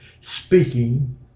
speaking